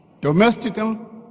Domestical